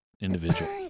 individual